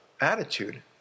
attitude